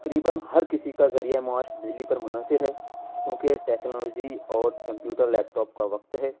تقریباً ہر كسی كا ذریعہ معاش بجلی پر منحصر ہے کیوں کہ ٹیکنالوجی اور کمپیوٹر لیپ ٹاپ کا وقت ہے